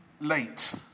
late